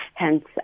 hence